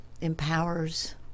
empowers